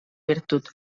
virtut